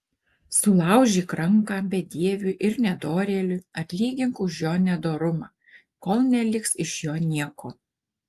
sulaužyk ranką bedieviui ir nedorėliui atlygink už jo nedorumą kol neliks iš jo nieko